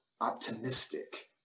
optimistic